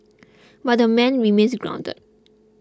but the man remains grounded